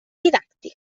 didàctic